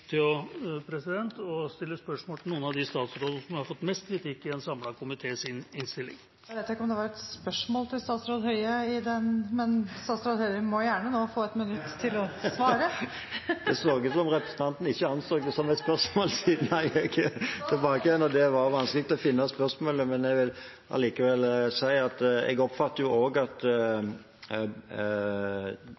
til å stille spørsmål til noen av de statsrådene som har fått mest kritikk i en samlet komités innstilling. Jeg vet jeg ikke om det var et spørsmål til statsråd Høie, men statsråd Høie må gjerne nå få et minutt til å svare. Det så ut som representanten ikke anså det som et spørsmål, siden han var på vei tilbake igjen. Det var vanskelig å finne spørsmålet, men jeg vil allikevel si at jeg oppfatter